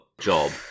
job